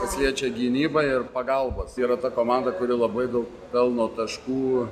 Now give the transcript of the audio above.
kas liečia gynybą ir pagalbas yra ta komanda kuri labai daug pelno taškų